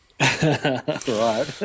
Right